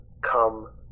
come